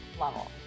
level